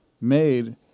made